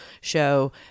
show